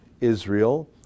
Israel